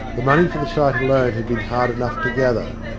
the money for the site alone had been hard enough to gather.